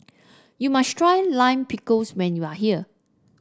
you must try Lime Pickles when you are here